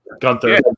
Gunther